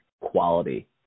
quality